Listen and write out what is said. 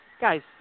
guys